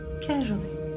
Casually